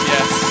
Yes